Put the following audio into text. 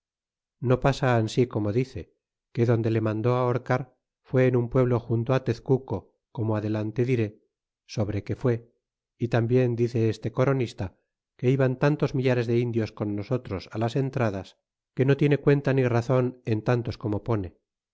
no pasa ansi como dice que donde le mandó ahorcar fue en un pueblo junto á tezcuco como adelante diré sobre que fue y tambien dice este coronista que iban tantos millares de indios con nosotros las entradas que no tiene cuenta ni razon en tantos como pone